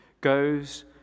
goes